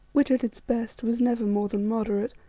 which at its best was never more than moderate.